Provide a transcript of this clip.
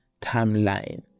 timeline